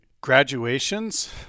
Graduations